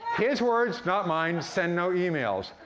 his words, not mine. send no emails,